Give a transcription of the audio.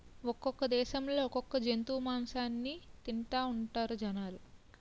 ఒక్కొక్క దేశంలో ఒక్కొక్క జంతువు మాసాన్ని తింతాఉంటారు జనాలు